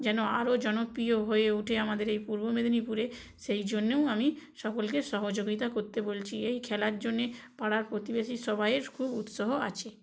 যেন আরও জনপ্রিয় হয়ে ওঠে আমাদের এই পূর্ব মেদিনীপুরে সেই জন্যেও আমি সকলকে সহযোগিতা করতে বলছি এই খেলার জন্যে পাড়ার প্রতিবেশী সবাইয়ের খুব উৎসাহ আছে